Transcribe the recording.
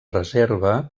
reserva